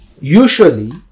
usually